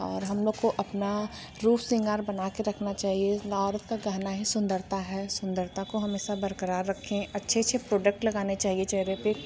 और हम लोग को अपना रूप सिंगार बना के रखना चाहिए औरत का गहना ही सुन्दरता है सुन्दरता को हमेशा बरक़रार रखें अच्छे अच्छे प्रोडक्ट लगाने चाहिए चेहरे पर